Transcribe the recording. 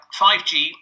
5G